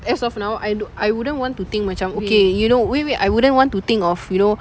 as of now I do~ I wouldn't want to think macam okay you know wait wait I wouldn't want to think of you know